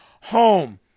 home